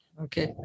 Okay